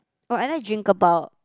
oh I like drink about